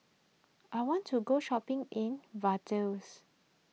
I want to go shopping in Vaduz